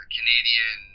Canadian